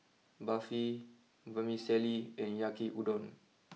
Barfi Vermicelli and Yaki Udon